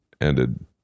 ended